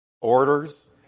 orders